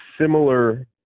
similar